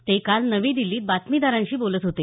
ते काल नवी दिल्लीत बातमीदारांशी बोलत होते